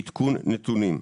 בעדכון נתונים.